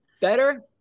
better